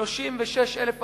36,000 עמותות.